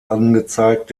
angezeigt